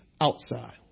outside